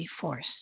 force